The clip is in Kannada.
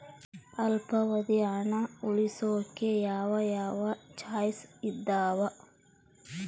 ಅಲ್ಪಾವಧಿ ಹಣ ಉಳಿಸೋಕೆ ಯಾವ ಯಾವ ಚಾಯ್ಸ್ ಇದಾವ?